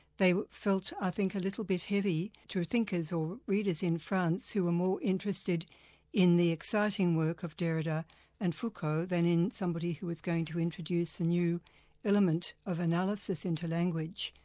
they felt, i think, a little bit heavy to thinkers or readers in france, who were more interested in the exciting work of derrida and foucault than in somebody who was going to introduce a new element of analysis into language,